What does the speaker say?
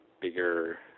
bigger